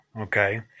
Okay